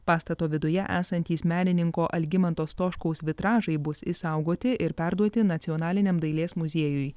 pastato viduje esantys menininko algimanto stoškaus vitražai bus išsaugoti ir perduoti nacionaliniam dailės muziejui